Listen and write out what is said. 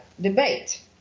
debate